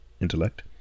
intellect